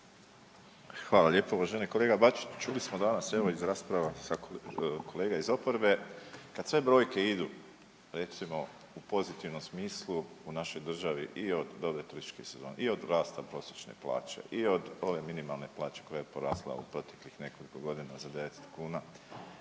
Hvala lijepo. Uvaženi kolega Bačić, čuli smo danas evo iz rasprava kolega iz oporbe kad sve brojke idu recimo u pozitivnom smislu u našoj državi i od dobre turističke sezone i od rasta prosječne plaće i od ove minimalne plaće koja je porasla u proteklih nekoliko godina za 900 kuna,